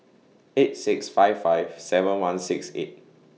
eight six five five seven one six eight